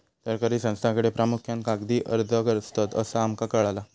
सरकारी संस्थांकडे प्रामुख्यान कागदी अर्ज असतत, असा आमका कळाला